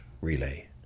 relay